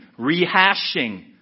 rehashing